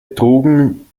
trugen